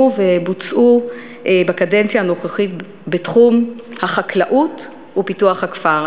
ובוצעו בקדנציה הנוכחית בתחום החקלאות ופיתוח הכפר.